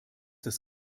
das